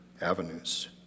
avenues